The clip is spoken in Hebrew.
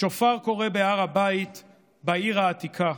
שופר קורא בהר הבית בעיר העתיקה",